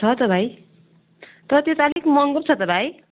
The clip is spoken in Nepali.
छ त भाइ तर त्यो त आलिक महँगो पो छ त भाइ